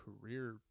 career